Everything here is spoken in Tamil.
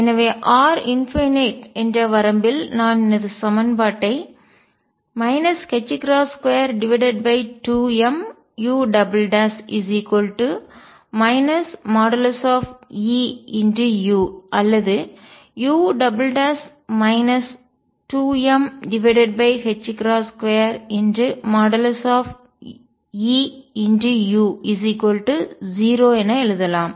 எனவே r →∞ என்ற வரம்பில் நான் எனது சமன்பாட்டை 22mu Eu அல்லது u 2m2Eu0 என எழுதலாம்